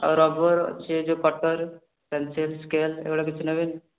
ଆଉ ରବର୍ ଅଛି ଯୋଉ କଟର୍ ପେନ୍ସିଲ୍ ସ୍କେଲ୍ ଏଗୁଡ଼ା କିଛି ନେବେନି